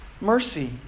mercy